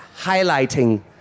highlighting